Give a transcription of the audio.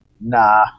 nah